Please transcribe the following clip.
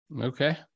okay